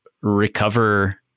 recover